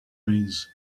means